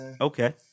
Okay